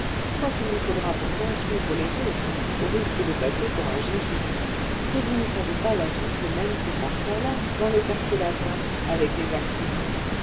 quoiqu'il lui faudra pourtant suivre les autres au risque de passer pour un jésuite et vous ne savez pas la vie que mènent ces farceurs là dans le quartier latin avec les actrices